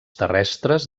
terrestres